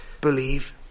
believe